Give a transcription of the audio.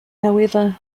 however